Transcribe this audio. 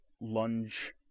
lunge